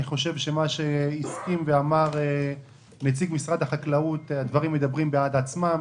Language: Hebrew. מה שהסכים ואמר נציג משרד החקלאות הדברים מדברים בעד עצמם.